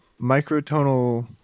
microtonal